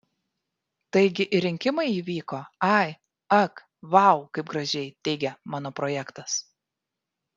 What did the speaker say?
taigi ir rinkimai įvyko ai ak vau kaip gražiai teigia mano projektas